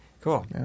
Cool